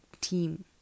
team